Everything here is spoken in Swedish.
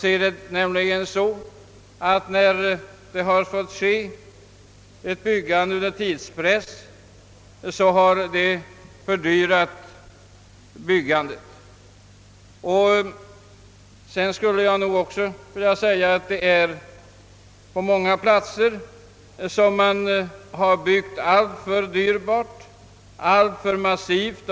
När byggandet har fått ske under tidspress har detta förhållande enligt min åsikt nämligen fördyrat detsamma. Jag skulle också vilja framhålla att man enligt min mening på många platser har byggt alltför dyrbart, massivt och mastodontiskt.